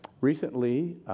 Recently